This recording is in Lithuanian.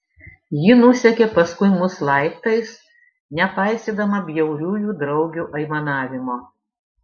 ji nusekė paskui mus laiptais nepaisydama bjauriųjų draugių aimanavimo